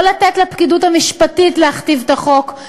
לא לתת לפקידות המשפטית להכתיב את החוק,